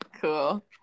cool